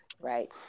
right